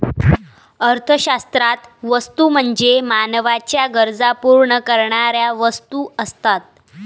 अर्थशास्त्रात वस्तू म्हणजे मानवाच्या गरजा पूर्ण करणाऱ्या वस्तू असतात